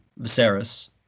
Viserys